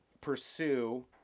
pursue